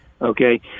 Okay